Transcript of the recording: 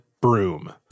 broom